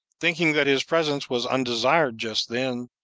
thinking that his presence was undesired just then,